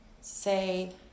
say